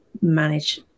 manage